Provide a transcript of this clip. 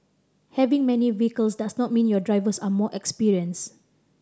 having many vehicles does not mean your drivers are more experienced